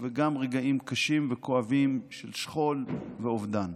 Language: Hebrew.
וגם רגעים קשים וכואבים של שכול ואובדן.